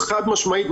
חד משמעית,